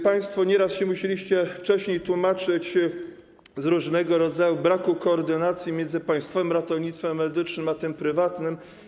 Państwo nieraz się musieliście wcześniej tłumaczyć z różnego rodzaju braku koordynacji między Państwowym Ratownictwem Medycznym a tym prywatnym.